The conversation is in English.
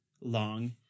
long